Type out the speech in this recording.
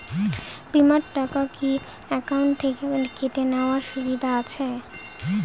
বিমার টাকা কি অ্যাকাউন্ট থেকে কেটে নেওয়ার সুবিধা আছে?